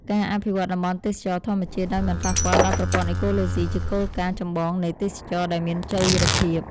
ការអភិវឌ្ឍតំបន់ទេសចរណ៍ធម្មជាតិដោយមិនប៉ះពាល់ដល់ប្រព័ន្ធអេកូឡូស៊ីជាគោលការណ៍ចម្បងនៃទេសចរណ៍ដែលមានចីរភាព។